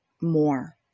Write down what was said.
more